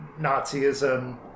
Nazism